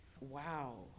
Wow